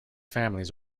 families